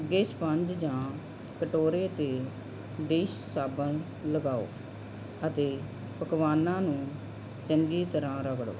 ਅੱਗੇ ਸਪੰਜ ਜਾਂ ਕਟੋਰੇ 'ਤੇ ਡਿਸ਼ ਸਾਬਣ ਲਗਾਓ ਅਤੇ ਪਕਵਾਨਾਂ ਨੂੰ ਚੰਗੀ ਤਰ੍ਹਾਂ ਰਗੜੋ